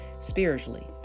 spiritually